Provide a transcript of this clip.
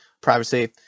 privacy